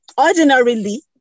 ordinarily